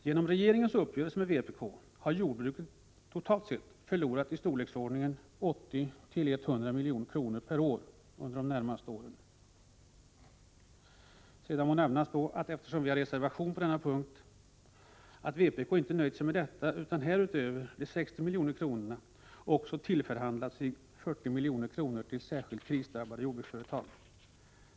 Genom regeringens uppgörelse med vpk har jordbruket, totalt sett, förlorat i storleksordningen 80-100 miljoner per år under de närmaste åren. Sedan må nämnas, eftersom vi har reservation på denna punkt, att vpk inte nöjt sig med detta utan utöver 60 milj.kr. till Norrland dessutom förhandlat sig till 40 miljoner till särskilt krisdrabbade jordbruksföretagare.